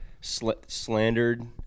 slandered